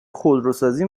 خودروسازی